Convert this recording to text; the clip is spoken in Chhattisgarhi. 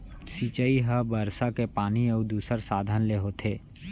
सिंचई ह बरसा के पानी अउ दूसर साधन ले होथे